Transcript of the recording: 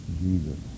Jesus